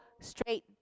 straight